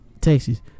Texas